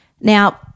Now